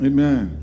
Amen